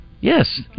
Yes